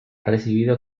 recibido